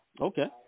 okay